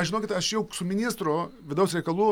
aš žinokit aš jauk su ministru vidaus reikalų